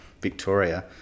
Victoria